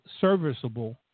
Serviceable